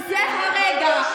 וזה הרגע,